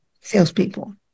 salespeople